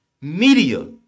media